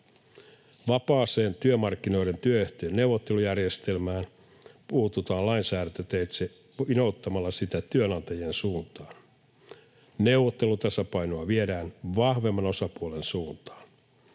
Vapaaseen työmarkkinoiden työehtojen neuvottelujärjestelmään puututaan lainsäädäntöteitse vinouttamalla sitä työnantajien suuntaan. Neuvottelutasapainoa viedään vahvemman osapuolen suuntaan.